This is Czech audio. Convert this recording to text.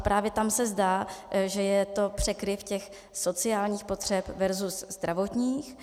Právě tam se zdá, že je to překryv těch sociálních potřeb versus zdravotních.